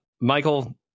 Michael